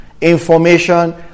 Information